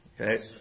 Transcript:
Okay